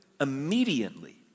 immediately